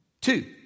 Two